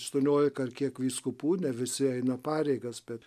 aštuoniolika ar kiek vyskupų ne visi eina pareigas bet